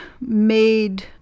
made